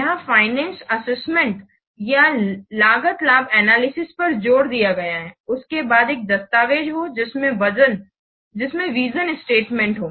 यहां financial assessment या लागत लाभ एनालिसिस पर जोर दिया गया है उसके बाद एक दस्तावेज हो जिसमें विज़न स्टेटमेंट हो